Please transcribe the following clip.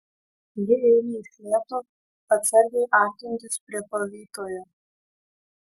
ji ėmė iš lėto atsargiai artintis prie pavytojo